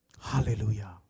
Hallelujah